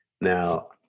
Now